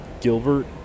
Gilbert